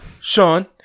Sean